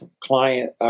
client